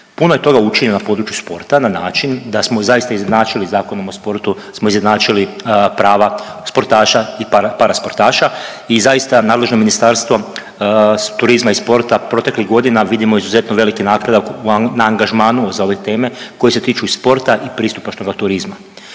Puno je toga učinjeno na području sporta na način da smo zaista izjednačili Zakonom o sportu smo izjednačili prava sportaša i parasportaša i zaista nadležno Ministarstvo turizma i sporta proteklih godina vidimo izuzetno veliki napredak na angažmanu za ove teme koje se tiču i sporta i pristupačnoga turizma.